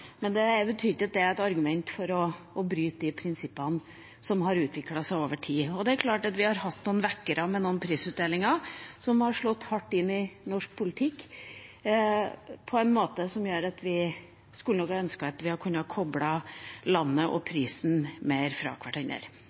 Men betyr ikke at det er et argument for å bryte de prinsippene som har utviklet seg over tid. Det er klart at vi har hatt noen vekkere med noen prisutdelinger som har slått hardt inn i norsk politikk, på en måte som gjør at vi kunne ha ønsket at vi kunne ha koblet landet og prisen mer fra